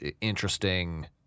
interesting